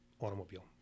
automobile